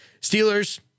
Steelers